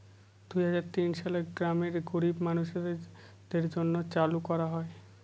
দুই হাজার তিন সালে গ্রামের গরীব মানুষদের জন্য চালু করা হয়